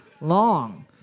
long